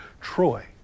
Troy